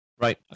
right